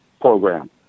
program